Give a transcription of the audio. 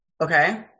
Okay